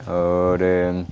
اور